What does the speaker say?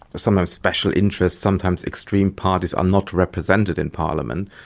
sometimes special interests, sometimes extreme parties are not represented in parliament.